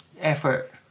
effort